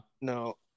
no